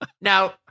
Now